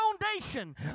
foundation